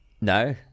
No